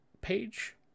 page